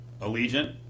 Allegiant